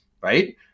Right